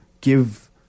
give